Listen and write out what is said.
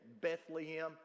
Bethlehem